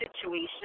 situation